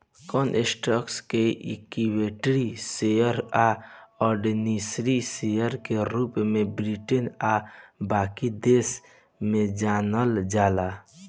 कवन स्टॉक्स के equity share आ ऑर्डिनरी शेयर के रूप में ब्रिटेन आ बाकी देश में जानल जाला